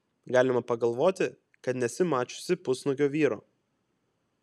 galima pagalvoti kad nesi mačiusi pusnuogio vyro